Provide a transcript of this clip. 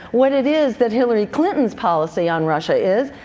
what it is that hillary clinton's policy on russia is,